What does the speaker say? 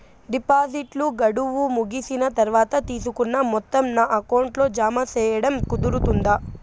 డిపాజిట్లు గడువు ముగిసిన తర్వాత, తీసుకున్న మొత్తం నా అకౌంట్ లో జామ సేయడం కుదురుతుందా?